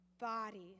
body